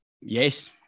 yes